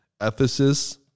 Ephesus